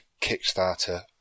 Kickstarter